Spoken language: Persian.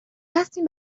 رسمی